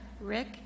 Rick